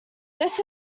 this